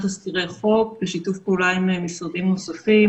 הכנסת תזכירי חוק בשיתוף פעולה עם משרדים נוספים.